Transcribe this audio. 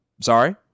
sorry